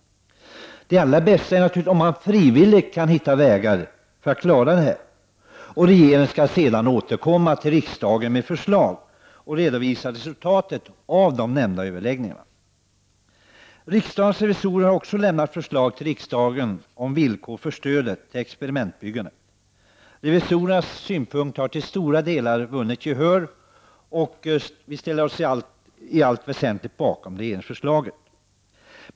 Det allra bästa är naturligtvis om man kan finna vägar att klara det frivilligt. Regeringen skall sedan återkomma till riksdagen för att redovisa resultatet av nämnda överläggningar. Riksdagens revisorer har lämnat förslag till riksdagen om villkoren för stödet till experimentbyggande. Revisorernas synpunkter har till stora delar vunnit gehör. Vi ställer oss i allt väsentligt bakom regeringsförslaget.